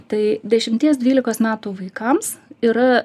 tai dešimties dvylikos metų vaikams yra